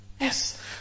Yes